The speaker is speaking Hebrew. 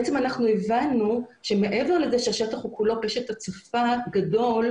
אנחנו הבנו שמעבר לזה שהשטח הוא כולו שטח הצפה גדול,